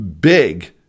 big